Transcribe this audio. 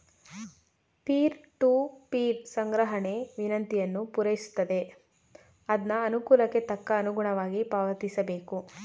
peer to peer ಸಂಗ್ರಹಣೆ ವಿನಂತಿಯನ್ನು ಪೂರೈಸುತ್ತದೆ ಅದ್ನ ಅನುಕೂಲಕ್ಕೆ ತಕ್ಕ ಅನುಗುಣವಾಗಿ ಪಾವತಿಸಬೇಕು